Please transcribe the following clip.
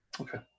Okay